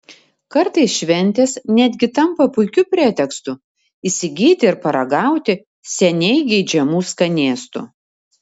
kartais šventės netgi tampa puikiu pretekstu įsigyti ir paragauti seniai geidžiamų skanėstų